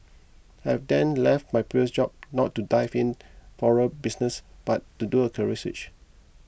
I had then left my previous job not to dive in floral business but to do a career switch